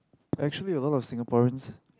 actually a lot of Singaporeans